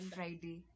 Friday